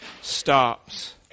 stops